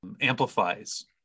amplifies